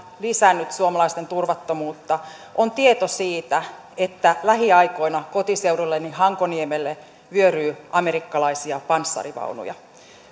lisännyt suomalaisten turvattomuutta on tieto siitä että lähiaikoina kotiseudulleni hankoniemelle vyöryy amerikkalaisia panssarivaunuja